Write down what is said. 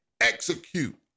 Execute